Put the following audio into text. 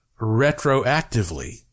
retroactively